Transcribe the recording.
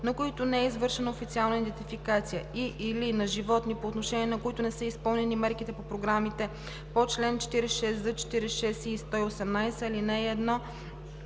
на които не е извършена официална идентификация, и/или на животни, по отношение на които не са изпълнени мерките по програмите по чл. 46з, 46и и 118, ал. 1;“. 3.